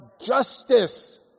justice